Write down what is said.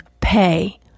pay